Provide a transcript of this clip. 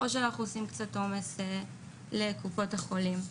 או שאנחנו יוצרים קצת עומס על קופות החולים?